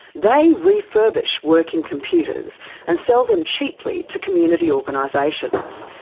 they refurbish working computers and sell them cheaply to community organisations.